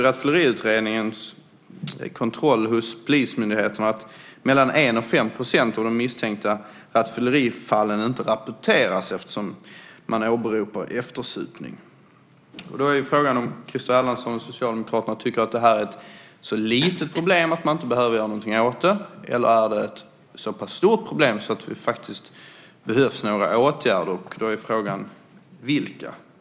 Rattfylleriutredningens kontroll hos polismyndigheterna visar att mellan 1 % och 5 % av de misstänkta rattfyllerifallen inte rapporteras eftersom eftersupning åberopas. Då är frågan om Christer Erlandsson och Socialdemokraterna tycker att detta är ett så litet problem att man inte behöver göra någonting åt det eller om det är ett så pass stort problem att man faktiskt behöver vidta några åtgärder, och då är frågan vilka.